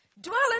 dwelling